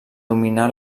dominà